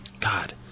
God